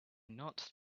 not